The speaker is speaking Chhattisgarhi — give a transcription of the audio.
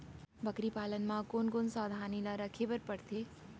बकरी पालन म कोन कोन सावधानी ल रखे बर पढ़थे?